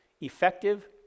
Effective